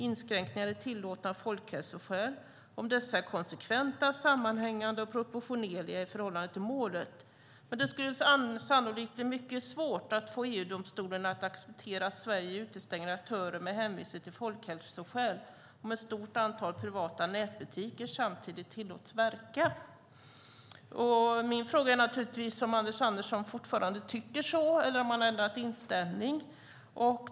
Inskränkningar är tillåtna av folkhälsoskäl om dessa är konsekventa, sammanhängande och proportionerliga i förhållande till målet. Men det skulle sannolikt bli mycket svårt att få EU-domstolen att acceptera att Sverige utestänger aktörer med hänvisning till folkhälsoskäl, om ett stort antal privata nätbutiker samtidigt tillåts verka." Min fråga är naturligtvis om Anders Andersson fortfarande tycker så eller om han har ändrat inställning.